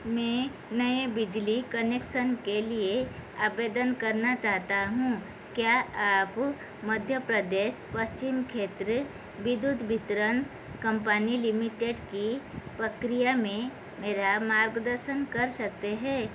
मैं नए बिजली कनेक्सन के लिए आवेदन करना चाहता हूँ क्या आप मध्य प्रदेश पश्चिम क्षेत्र विद्युत वितरण कंपनी लिमिटेड की प्रक्रिया में मेरा मार्गदर्शन कर सकते हैं